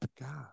god